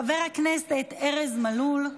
חבר הכנסת ארז מלול,